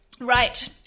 Right